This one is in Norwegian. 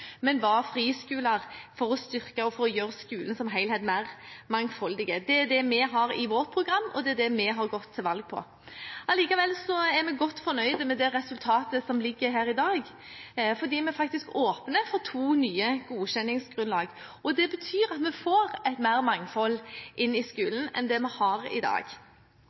men var friskoler, for å styrke og gjøre skolen som helhet mer mangfoldig. Det er dette vi har i vårt program, og det er dette vi har gått til valg på. Allikevel er vi godt fornøyd med det resultatet som foreligger her i dag. Vi åpner faktisk for to nye godkjenningsgrunnlag. Det betyr at vi får mer mangfold inn i skolen enn det vi har i dag.